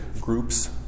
groups